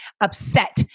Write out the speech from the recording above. upset